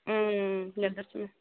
نیٚدٕر چھِ مےٚ